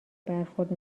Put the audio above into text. برخورد